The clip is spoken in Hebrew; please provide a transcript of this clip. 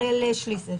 הראל שליסל.